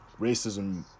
racism